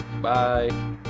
bye